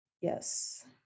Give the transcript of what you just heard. Yes